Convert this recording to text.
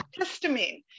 histamine